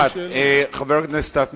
חבר הכנסת סטס מיסז'ניקוב,